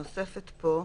שנוספת פה,